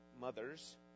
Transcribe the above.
mothers